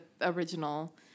original